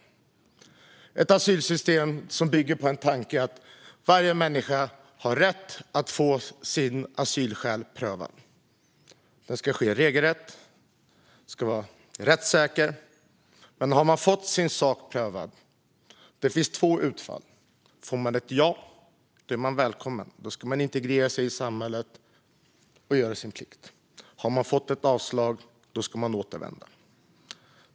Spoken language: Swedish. Det är ett asylsystem som bygger på tanken att varje människa har rätt att få sina asylskäl prövade. Det ska ske regelrätt och rättssäkert. Men har man fått sin sak prövad finns två utfall. Får man ett ja är man välkommen. Då ska man integrera sig i samhället och göra sin plikt. Har man fått ett avslag ska man återvända.